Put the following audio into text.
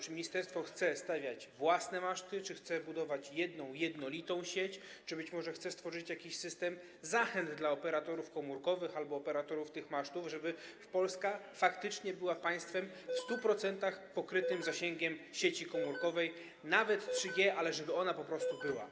Czy ministerstwo chce stawiać własne maszty, czy chce budować jedną, jednolitą sieć, czy chce, być może, stworzyć jakiś system zachęt dla operatorów komórkowych albo operatorów tych masztów, żeby Polska faktycznie była państwem w 100% pokrytym zasięgiem sieci komórkowej, nawet 3G, żeby ona po prostu była?